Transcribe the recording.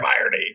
irony